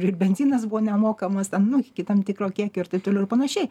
ir benzinas buvo nemokamas ten nu iki tam tikro kiekio ir taip toliau ir panašiai